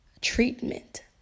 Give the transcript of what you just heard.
treatment